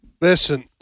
Listen